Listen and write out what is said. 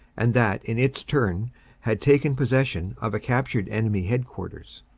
and that in its turn had taken possession of a captured enemy headquarters.